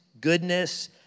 goodness